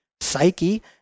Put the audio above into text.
psyche